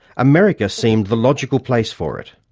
america seemed the logical place for it.